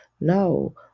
No